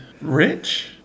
Rich